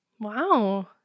Wow